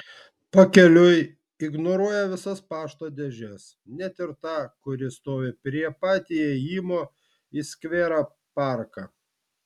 pakeliui ignoruoja visas pašto dėžes net ir tą kuri stovi prie pat įėjimo į skverą parką